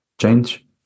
change